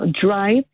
drive